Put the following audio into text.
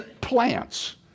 Plants